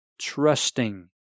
trusting